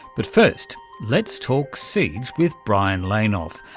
but first let's talk seeds with brian lainoff,